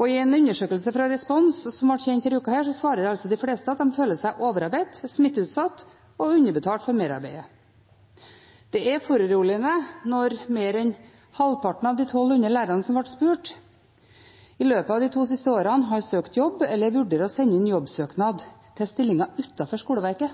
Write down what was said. I en undersøkelse fra Respons som ble kjent denne uka, svarer de fleste at de føler seg overarbeidet, smitteutsatt og underbetalt for merarbeidet. Det er foruroligende når mer enn halvparten av de 1 200 lærerne som ble spurt, i løpet av de to siste årene har søkt jobb eller vurderer å sende inn jobbsøknad til stillinger utenfor skoleverket.